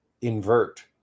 invert